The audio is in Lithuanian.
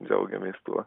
džiaugiamės tuo